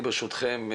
ברשותכם,